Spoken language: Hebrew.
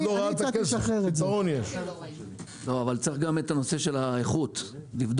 מה עם האיכות?